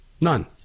None